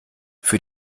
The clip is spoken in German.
für